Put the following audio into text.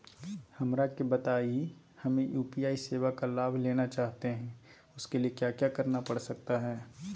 हमरा के बताइए हमें यू.पी.आई सेवा का लाभ लेना चाहते हैं उसके लिए क्या क्या करना पड़ सकता है?